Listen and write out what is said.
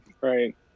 Right